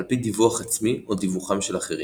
ע"פ דיווח עצמי או דיווחם של אחרים.